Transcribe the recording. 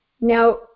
Now